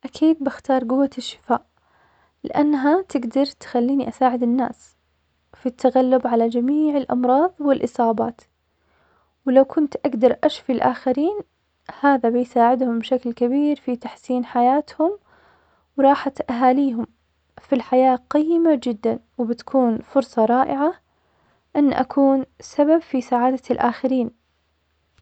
أكيد بختار قوة الشفاء, لأنها تقدر تخليني أساعد الناس في التغلب على جميع الأمراض والإصابات, ولو كنت أقدر أشفي الآخرين, هذا بيساعدهم بشكل كبير في تحسين حياتهم وراحة أهاليهم, فالحياة قيمة جدا, وبتكون فرصة رائعة, إني أكون سبب في سعادة الآخرين.